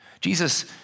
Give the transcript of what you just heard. Jesus